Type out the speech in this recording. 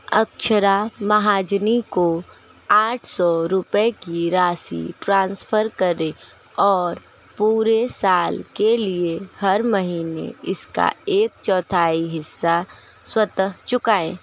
अक्क्षरा महाजनी को आठ सौ रुपये की राशि ट्रांसफ़र करें और पूरे साल के लिए हर महीने इसका एक चौथाई हिस्सा स्वतः चुकाएँ